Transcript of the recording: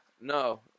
no